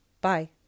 Bye